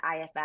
IFF